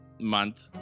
month